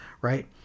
right